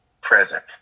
present